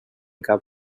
cap